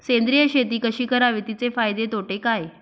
सेंद्रिय शेती कशी करावी? तिचे फायदे तोटे काय?